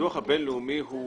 הפיתוח הבין-לאומי הוא